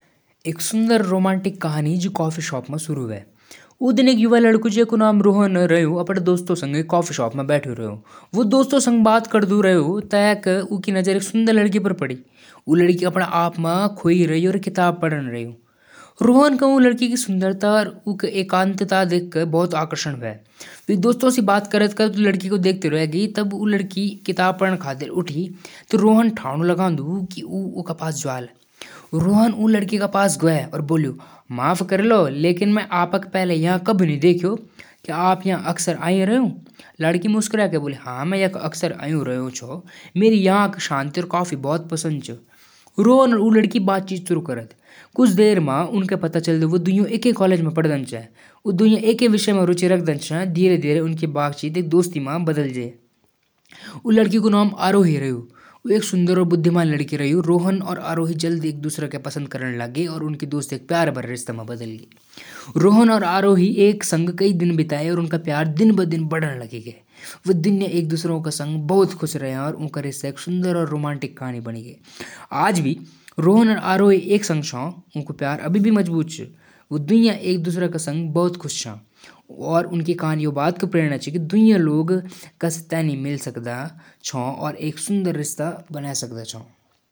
सूखा म फसल बचाण क लिए ड्रिप इरिगेशन तकनीक अपनादु। कम पानी वाली फसल उगाण स शुरू करदु। पानी बचाण क हर संभव प्रयास करदु। पेड़ पौधा क रखरखाव सही तरीक स करदु।